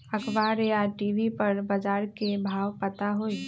अखबार या टी.वी पर बजार के भाव पता होई?